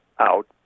out